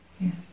Yes